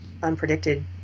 unpredicted